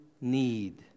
need